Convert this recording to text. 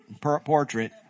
Portrait